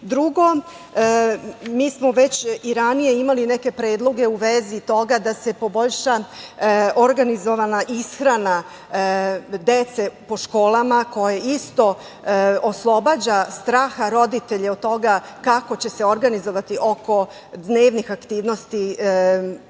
majke. Drugo, mi smo i ranije imali neke predloge u vezi toga da se poboljša organizovana ishrana dece po školama koja isto oslobađa straha roditelje od toga kako će se organizovati oko dnevnih aktivnosti u